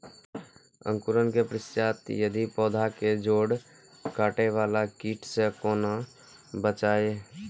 अंकुरण के पश्चात यदि पोधा के जैड़ काटे बाला कीट से कोना बचाया?